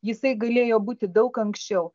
jisai galėjo būti daug anksčiau